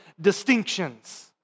distinctions